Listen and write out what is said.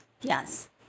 Yes